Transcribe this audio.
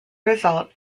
result